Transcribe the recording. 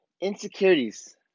insecurities